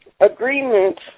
agreement